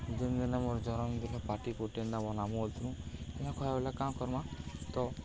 ଯିନ୍ ଦିନ୍ ମୋର୍ ଜନମ୍ଦିନ୍ ପାଟି ପୁଟେନା ମ ନାମ ବଲା କାଁ କର୍ମା ତ